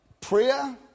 Prayer